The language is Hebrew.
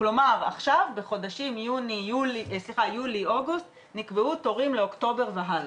כלומר עכשיו בחודשים יולי-אוגוסט נקבעו תורים לאוקטובר והלאה.